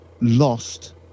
lost